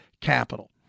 Capital